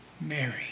Mary